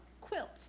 quilt